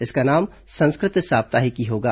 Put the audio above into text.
इसका नाम संस्कृत साप्ताहिकी होगा